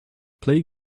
play